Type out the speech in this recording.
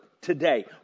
today